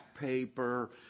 paper